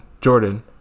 jordan